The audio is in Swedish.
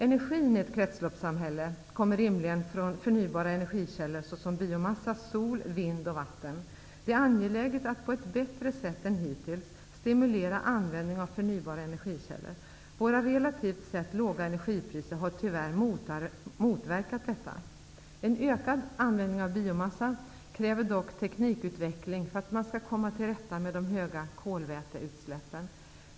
Energin i ett kretsloppssamhälle kommer rimligen från förnybara energikällor, såsom biomassa, sol, vind och vatten. Det är angeläget att på ett bättre sätt än hittills stimulera användning av förnybara energikällor. Våra relativt sett låga energipriser har tyvärr motverkat detta. En ökad användning av biomassa kräver dock teknikutveckling för att man skall komma till rätta med de höga kolväteutsläppen.